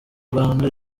rwanda